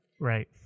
Right